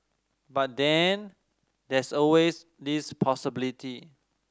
but then there's always this possibility